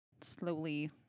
slowly